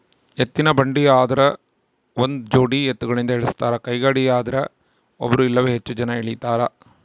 ಎತ್ತಿನಬಂಡಿ ಆದ್ರ ಒಂದುಜೋಡಿ ಎತ್ತುಗಳಿಂದ ಎಳಸ್ತಾರ ಕೈಗಾಡಿಯದ್ರೆ ಒಬ್ರು ಇಲ್ಲವೇ ಹೆಚ್ಚು ಜನ ಎಳೀತಾರ